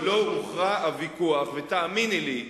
ותאמיני לי,